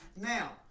Now